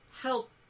help